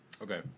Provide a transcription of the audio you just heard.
Okay